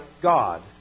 God